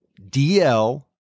DL